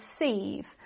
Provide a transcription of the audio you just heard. receive